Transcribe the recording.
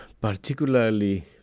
particularly